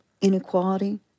inequality